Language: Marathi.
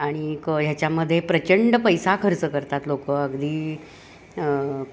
आणिक ह्याच्यामध्ये प्रचंड पैसा खर्च करतात लोकं अगदी